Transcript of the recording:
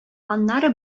аннары